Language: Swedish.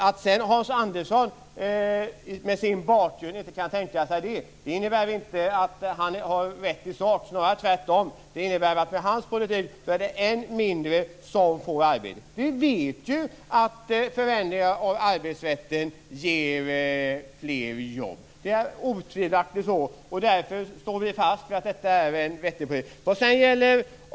Att Hans Andersson med sin bakgrund inte kan tänka sig det innebär inte att han har rätt i sak. Det är snarare tvärtom. Med hans politik är det än färre som får arbete. Vi vet ju att förändringar i arbetsrätten ger fler jobb. Det är otvivelaktigt så. Därför står vi fast vid att detta är en vettig väg.